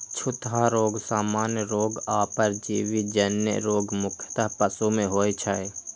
छूतहा रोग, सामान्य रोग आ परजीवी जन्य रोग मुख्यतः पशु मे होइ छै